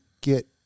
get